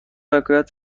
حکایت